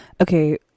Okay